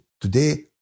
Today